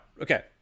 Okay